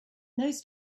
those